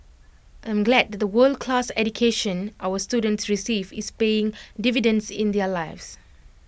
I am glad that the world class education our students receive is paying dividends in their lives